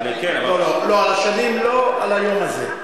הכנסת אורי אריאל.